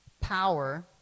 power